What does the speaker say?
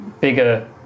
bigger